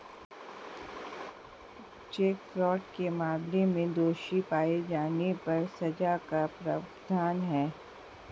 check fraud के मामले में दोषी पाए जाने पर सजा का प्रावधान है